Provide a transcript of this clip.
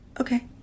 Okay